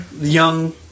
young